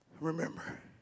remember